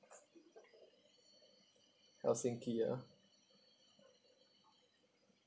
helsinki ah